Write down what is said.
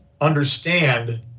understand